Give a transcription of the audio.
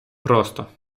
просто